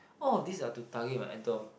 all of this are to target my abdomen